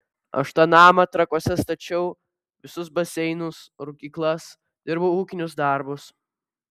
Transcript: aš tą namą trakuose stačiau visus baseinus rūkyklas dirbau ūkinius darbus